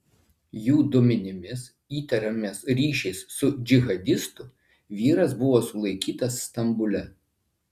jų duomenimis įtariamas ryšiais su džihadistu vyras buvo sulaikytas stambule